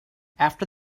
after